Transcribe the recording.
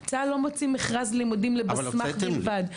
צה"ל לא מוציא מכרז לימודים לבסמ"ח בלבד.